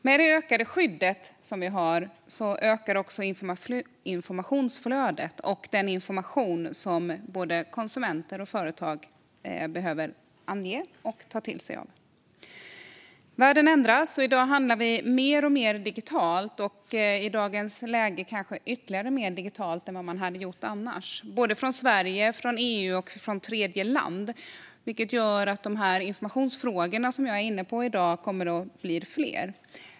Med ökat skydd ökar också informationsflödet och den information som både konsumenter och företag behöver ange och ta till sig av. Världen ändras. I dag handlar vi mer och mer digitalt - och i detta läge kanske vi handlar ännu mer digitalt än vad vi hade gjort annars - från Sverige, EU och tredjeland, vilket gör att de informationsfrågor som jag är inne på kommer att bli fler.